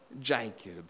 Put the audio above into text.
Jacob